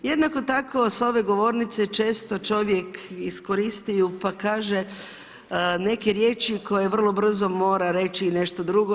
Jednako tako sa ove govornice često čovjek iskoristi pa kaže neke riječi koje vrlo brzo mora reći i nešto drugo.